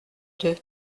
deux